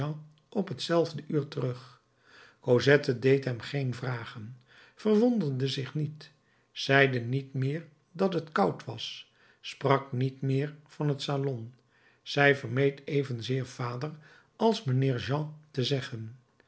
op hetzelfde uur terug cosette deed hem geen vragen verwonderde zich niet zeide niet meer dat het koud was sprak niet meer van het salon zij vermeed evenzeer vader als mijnheer jean te zeggen